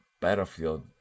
battlefield